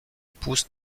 pousse